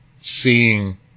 seeing